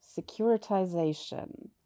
securitization